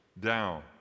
down